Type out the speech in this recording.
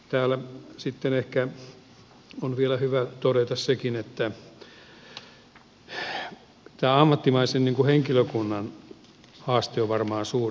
täällä sitten ehkä on vielä hyvä todeta sekin että tämä ammattimaisen henkilökunnan haaste on varmaan suuri